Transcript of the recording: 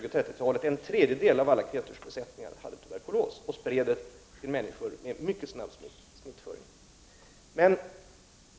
medan en tredjedel av alla kreatursbesättningar på 20 och 30-talen hade tuberkulos och spred den till människor genom en mycket snabb smittföring.